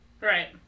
Right